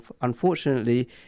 unfortunately